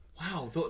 Wow